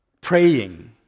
Praying